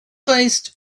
placed